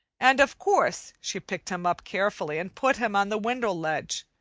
and of course she picked him up carefully and put him on the window ledge.